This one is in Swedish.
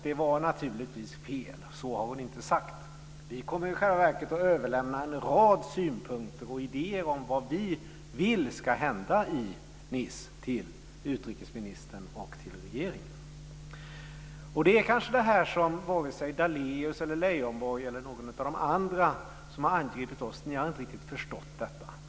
Det var naturligtvis fel. Så har hon inte sagt. Vi kommer i själva verket att överlämna en rad synpunkter och idéer om vad vi vill ska hända i Nice till utrikesministern och till regeringen. Det är kanske detta som varken Daléus eller Leijonborg eller någon av de andra som har angripit oss har förstått.